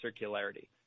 circularity